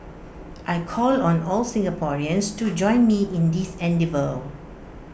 I call on all Singaporeans to join me in this endeavour